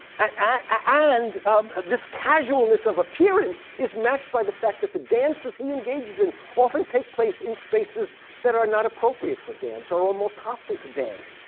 and this casualness of appearance is matched by the fact that the dances he engages in often take place in spaces that are not appropriate for dance, or almost hostile to dance.